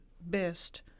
best